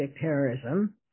terrorism